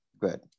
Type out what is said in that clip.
good